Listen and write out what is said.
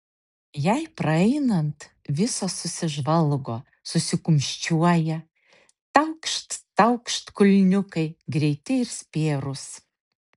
jai praeinant visos susižvalgo susikumščiuoja taukšt taukšt kulniukai greiti ir spėrūs